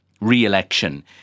re-election